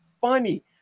funny